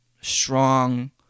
strong